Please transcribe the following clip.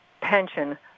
pension